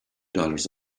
dollars